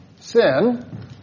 Sin